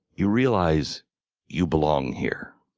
you realize you belong here,